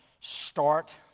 Start